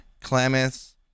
Klamath